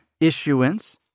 issuance